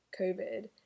covid